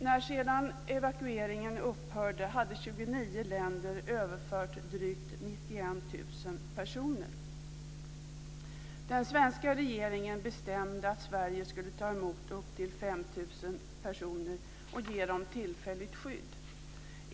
När sedan evakueringen upphörde hade 29 länder överfört drygt 91 000 personer. Den svenska regeringen bestämde att Sverige skulle ta emot upp till 5 000 personer och ge dem tillfälligt skydd.